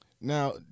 Now